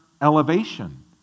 elevation